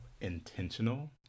intentional